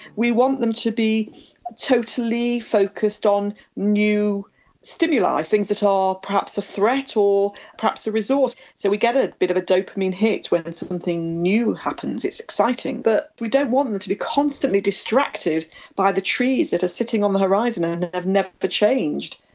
we want them to be totally focused on new stimuli, things that are perhaps a threat or perhaps a resource. so we get a bit of a dopamine hit when something new happens. it's exciting. but we don't want them to be constantly distracted by the trees that are sitting on the horizon, and have never changed.